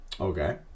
Okay